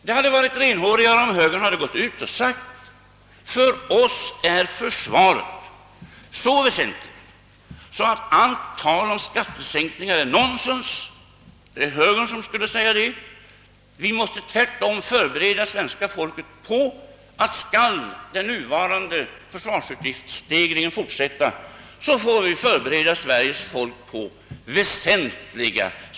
Det hade varit renhårigare om högern sagt att för den är försvaret så väsentligt, att allt tal om skattesänkningar är nonsens och att det svenska folket tvärtom måste förberedas på väsentliga skattehöjningar om den nuvarande stegringen av försvarsutgifterna skall fortsätta.